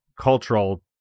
cultural